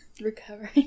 Recovering